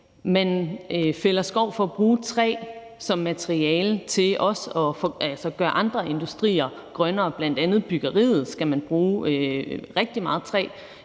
Man fælder skov for at bruge træ som materiale til også at gøre andre industrier grønnere, bl.a. byggeriet skal man bruge rigtig meget træ